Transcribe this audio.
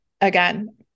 again